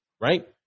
right